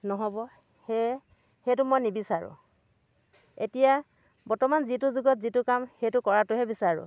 নহ'ব সেয়ে সেইটো মই নিবিচাৰোঁ এতিয়া বৰ্তমান যিটো যুগত যিটো কাম সেইটো কৰাটোহে বিচাৰোঁ